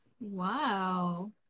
Wow